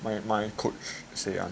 my my coach say ah